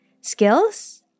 Skills